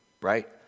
right